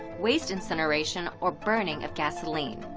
waste incineration, or burning of gasoline.